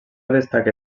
destaca